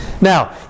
Now